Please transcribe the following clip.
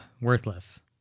worthless